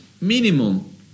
Minimum